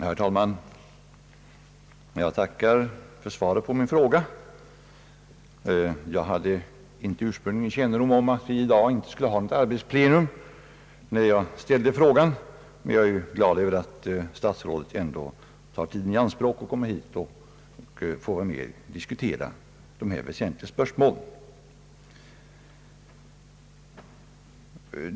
Herr talman! Jag tackar statsrådet Lundkvist för svaret på min fråga. När jag ställde den hade jag inte kännedom om att vi i dag inte skulle ha något arbetsplenum. Jag är glad att statsrådet ändå tar sig tid att komma hit för att diskutera detta väsentliga spörsmål.